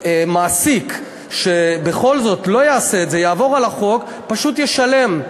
ומעסיק שבכל זאת לא יעשה את זה ויעבור על החוק פשוט ישלם.